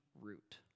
root